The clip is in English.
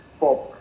pop